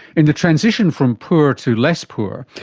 in the transition from poor to less poor,